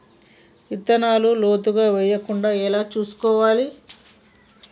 విత్తనాలు లోతుగా వెయ్యకుండా ఎలా చూసుకోవాలి?